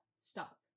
Stop